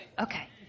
Okay